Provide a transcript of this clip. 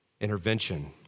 intervention